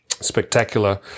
spectacular